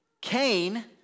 Cain